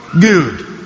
Good